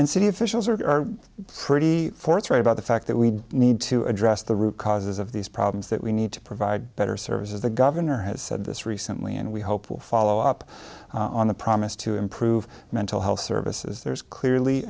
and city officials are pretty forthright about the fact that we need to address the root causes of these problems that we need to provide better service as the governor has said this recently and we hope will follow up on the promise to improve mental health services there's clearly